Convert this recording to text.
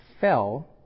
fell